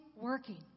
working